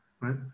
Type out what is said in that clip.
right